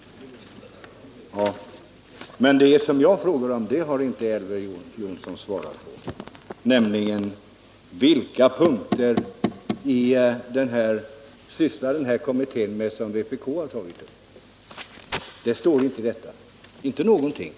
Men det jag frågade om har inte Elver Jonsson svarat på, nämligen: Vilka punkter som vpk tagit upp är det som kommittén sysslar med? Det står inte någonting om det i betänkandet.